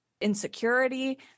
insecurity